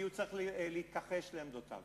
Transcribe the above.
כי הוא צריך להתכחש לעמדותיו.